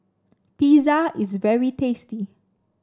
pizza is very tasty